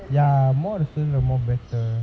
ya more students the more better